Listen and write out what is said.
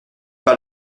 par